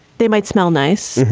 they might smell nice,